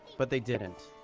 but they didn't.